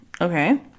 Okay